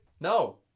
No